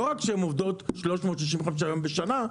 לא רק שהם עובדות 365 יום בשנה,